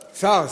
שר.